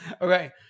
Okay